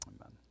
amen